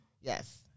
Yes